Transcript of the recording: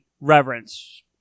reverence